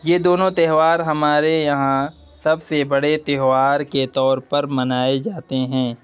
یہ دونوں تیہوار ہمارے یہاں سب سے بڑے تیہوار کے طور پر منائے جاتے ہیں